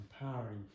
empowering